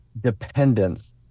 dependence